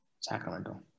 Sacramento